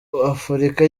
afurika